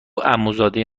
عموزاده